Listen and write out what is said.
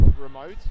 remote